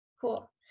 cool